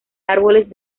árboles